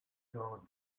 grandir